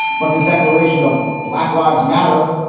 but the declaration of black lives matter,